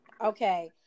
Okay